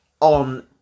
On